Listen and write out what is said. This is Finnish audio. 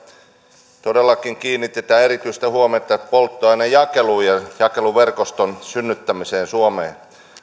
todellakin kiinnitetään erityistä huomiota polttoainejakeluun ja jakeluverkoston synnyttämiseen suomeen